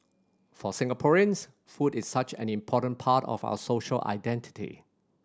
for Singaporeans food is such an important part of our social identity